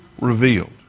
revealed